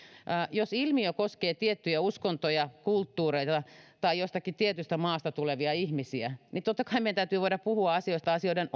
jos ilmiö koskee tiettyjä uskontoja kulttuureita tai jostakin tietystä maasta tulevia ihmisiä niin totta kai meidän täytyy voida puhua asioista asioiden